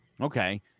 okay